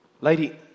Lady